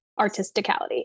artisticality